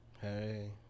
Hey